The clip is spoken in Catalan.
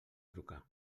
trucar